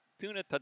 Tuna